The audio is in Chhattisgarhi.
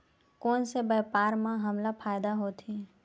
कोन से व्यापार म हमला फ़ायदा होथे?